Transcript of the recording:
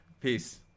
peace